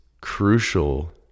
crucial